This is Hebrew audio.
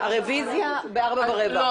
עם הדיווח בוודאי, אחת לשלושה חודשים.